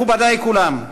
מכובדי כולם,